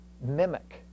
mimic